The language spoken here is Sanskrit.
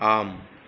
आम्